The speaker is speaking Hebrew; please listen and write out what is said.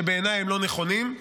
שבעיניי הם לא נכונים.